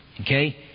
Okay